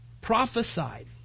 Prophesied